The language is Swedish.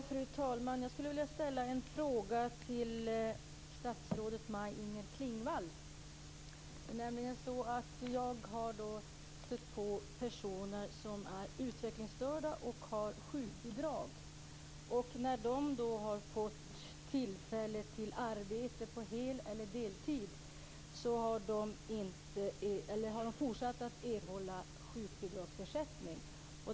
Fru talman! Jag skulle vilja ställa en fråga till statsrådet Maj-Inger Klingvall. Jag har stött på personer som är utvecklingsstörda och som får sjukbidrag. När de fått tillfälle till arbete på hel eller deltid har de fortsatt erhållit sjukbidragsersättning.